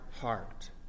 heart